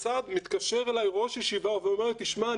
מתקשר אלי ראש ישיבה ואומר לי: תשמע,